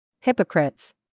Hypocrites